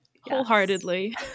wholeheartedly